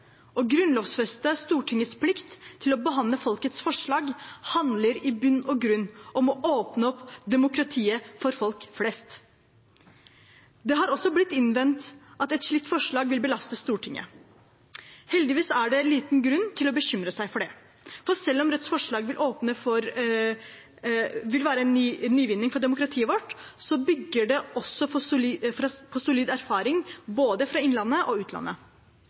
Å grunnlovfeste Stortingets plikt til å behandle folkets forslag handler i bunn og grunn om å åpne opp demokratiet for folk flest. Det er også blitt innvendt at et slikt forslag vil belaste Stortinget. Heldigvis er det liten grunn til å bekymre seg for det. For selv om Rødts forslag vil være en nyvinning for demokratiet vårt, bygger det også på solid erfaring fra både inn- og utland. I Norge har innbyggerne rett til å fremme forslag til behandling i kommunestyret og